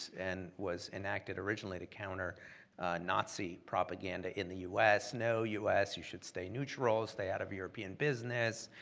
and was enacted originally to counter nazi propaganda in the u s. no, u s. you should stay neutral. stay out of european business.